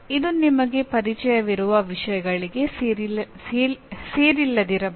ಇದು ನಿಮಗೆ ಪರಿಚಯವಿರುವ ವಿಷಯಗಳಿಗೆ ಸೇರಿಲ್ಲದಿರಬಹುದು